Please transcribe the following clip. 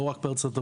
לא רק בארה"ב,